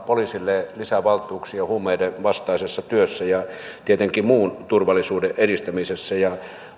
poliisille lisää valtuuksia huumeiden vastaisessa työssä ja tietenkin muun turvallisuuden edistämisessä ja